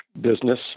business